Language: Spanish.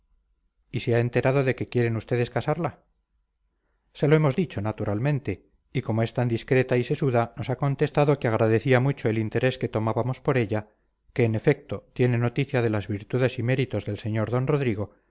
y se ha enterado de que quieren ustedes casarla se lo hemos dicho naturalmente y como es tan discreta y sesuda nos ha contestado que agradecía mucho el interés que tomábamos por ella que en efecto tiene noticia de las virtudes y méritos del sr don rodrigo